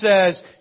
says